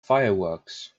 fireworks